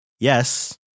Yes